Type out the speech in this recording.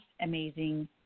amazing